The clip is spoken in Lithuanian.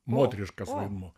moteriškas vaidmuo